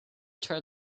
tried